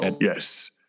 Yes